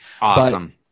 awesome